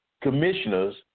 commissioners